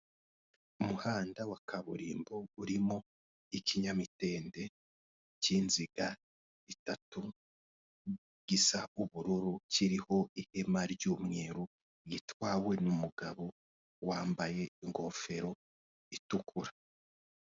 Umuhanda wa kaburimbo urimo ikinyamitende cy'inziga itatu gisa ubururu, kiriho ihema ry'umweru, gitwawe n'umugabo wambaye ingofero itukura.